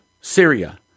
Syria